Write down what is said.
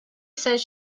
says